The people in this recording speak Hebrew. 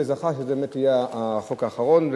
וזכה שזה באמת יהיה החוק האחרון.